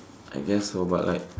I guess so but like